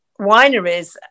wineries